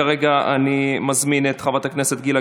כרגע אני מזמין את חברת הכנסת גילה